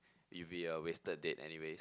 it'll be a wasted date anyways